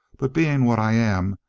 but being what i am,